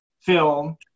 film